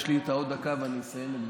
יש לי עוד דקה ואני מסיים את דבריי,